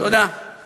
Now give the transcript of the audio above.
תודה, אדוני.